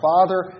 Father